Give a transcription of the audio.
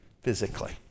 physically